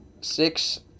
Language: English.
six